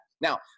Now